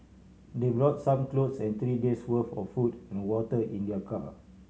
they brought some clothes and three days' worth of food and water in their car